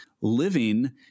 living